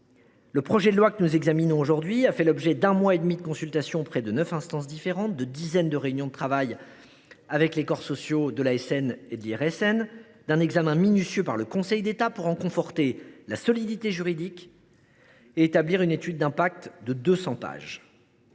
Le texte que nous examinons aujourd’hui a fait l’objet d’un mois et demi de consultations auprès de neuf instances différentes, de dizaines de réunions de travail avec le corps social de l’ASN et de l’IRSN, d’un examen minutieux par le Conseil d’État pour en conforter la solidité juridique et élaborer une étude d’impact de deux